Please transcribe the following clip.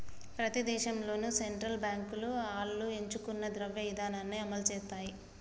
ప్రతి దేశంలోనూ సెంట్రల్ బాంకులు ఆళ్లు ఎంచుకున్న ద్రవ్య ఇదానాన్ని అమలుసేత్తాయి